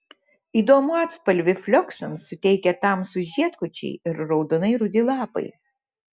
įdomų atspalvį flioksams suteikia tamsūs žiedkočiai ir raudonai rudi lapai